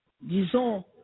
disons